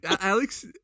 Alex